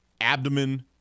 abdomen